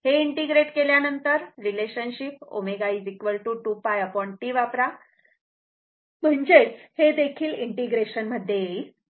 हे इंटिग्रेट केल्यानंतर relationship ω 2π T वापरा म्हणजेच हे देखील इंटिग्रेशन मध्ये येईल